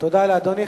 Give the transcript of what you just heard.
תודה לאדוני.